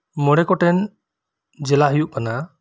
ᱢᱚᱬᱮ ᱜᱚᱴᱮᱱ ᱡᱮᱞᱟ ᱦᱩᱭᱩᱜ ᱠᱟᱱᱟ